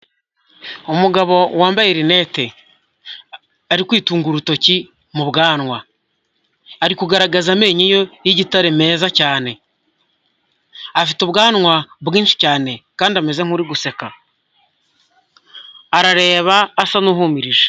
Umugabo wambaye rinete ari kwitunga urutoki mu bwanwa, ari kugaragaza amenyo y'igitare meza cyane afite ubwanwa bwinshi cyane kandi ameze nk'uri guseka, arareba asa n'uhumirije.